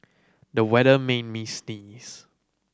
the weather made me sneeze